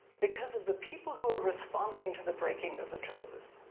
because of the people who are responding to the breaking of the taboos,